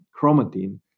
chromatin